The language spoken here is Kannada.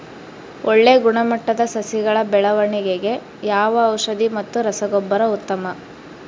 ಒಳ್ಳೆ ಗುಣಮಟ್ಟದ ಸಸಿಗಳ ಬೆಳವಣೆಗೆಗೆ ಯಾವ ಔಷಧಿ ಮತ್ತು ರಸಗೊಬ್ಬರ ಉತ್ತಮ?